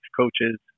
coaches